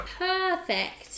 perfect